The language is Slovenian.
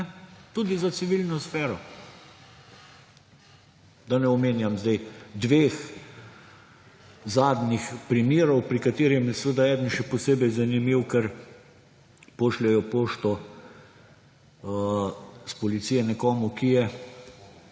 tudi za civilno sfero. Da ne omenjam dveh zadnjih primerov, pri katerem je eden še posebej zanimiv, ker pošljejo pošto s policije nekomu, ki je